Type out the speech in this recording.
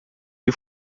que